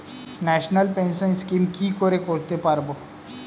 National pension scheme কি করে করতে পারব?